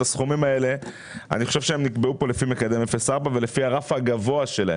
אני חושב שהסכומים האלה נקבעו לפי מקדם 0.4 ולפי הרף הגבוה שלהם.